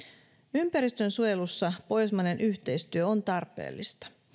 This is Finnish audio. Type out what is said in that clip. ympäristönsuojelussa pohjoismainen yhteistyö on tarpeellista